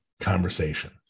conversation